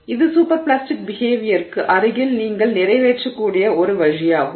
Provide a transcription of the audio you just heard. இது super plastic பிஹேவியர்க்கு அருகில் நீங்கள் நிறைவேற்றக்கூடிய ஒரு வழியாகும்